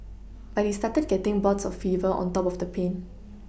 but he started getting bouts of fever on top of the pain